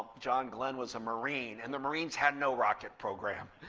john glenn was a marine. and the marines had no rocket program,